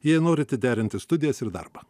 jei norite derinti studijas ir darbą